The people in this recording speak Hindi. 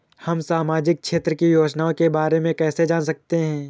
हम सामाजिक क्षेत्र की योजनाओं के बारे में कैसे जान सकते हैं?